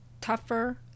tougher